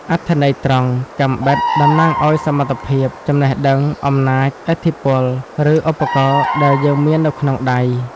អត្ថន័យត្រង់ «កាំបិត» តំណាងឲ្យ សមត្ថភាព ចំណេះដឹង អំណាច ឥទ្ធិពល ឬ ឧបករណ៍ដែលយើងមាននៅក្នុងដៃ។